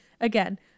again